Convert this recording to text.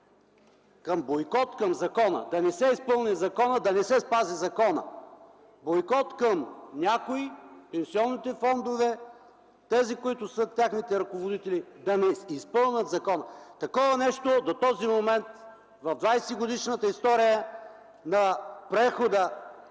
Бойкот към закона, да не се изпълни законът, да не се спази законът. Бойкот към някои – пенсионните фондове, тези, които са техните ръководители, да не изпълнят закона. Такова нещо до този момент в 20-годишната история на прехода